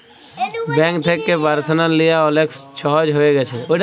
bank থ্যাকে personal লিয়া অলেক ছহজ হঁয়ে গ্যাছে